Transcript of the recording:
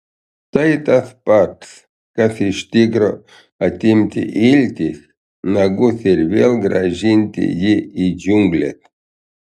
tai tas pats kas iš tigro atimti iltis nagus ir vėl grąžinti jį į džiungles